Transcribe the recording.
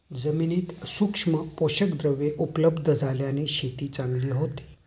जमिनीत सूक्ष्म पोषकद्रव्ये उपलब्ध झाल्याने शेती चांगली होते